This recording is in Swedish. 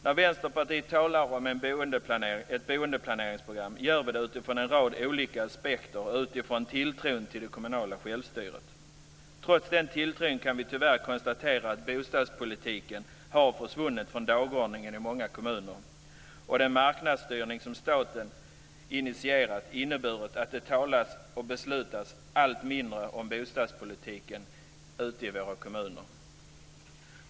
När Vänsterpartiet talar om ett boendeplaneringsprogram gör vi det utifrån en rad olika aspekter och utifrån tilltron till det kommunala självstyret. Trots den tilltron kan vi tyvärr konstatera att bostadspolitiken har försvunnit från dagordningen i många kommuner och att den marknadsstyrning som staten initierat har inneburit att det talas och beslutas allt mindre om bostadspolitiken ute i våra kommuner.